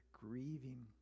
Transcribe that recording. grieving